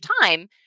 time